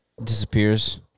Disappears